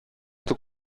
του